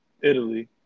Italy